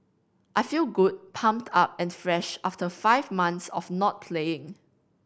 I feel good pumped up and fresh after five months of not playing